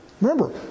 Remember